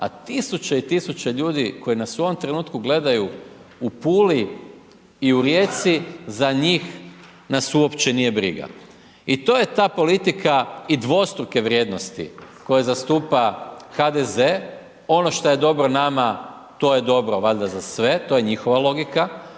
a tisuće i tisuće ljudi koji nas u ovom trenutku gledaju u Puli i u Rijeci za njih nas uopće nije briga. I to je ta politika i dvostruke vrijednosti koje zastupa HDZ, ono što je dobro nama to dobro valjda za sve, to je njihova logika,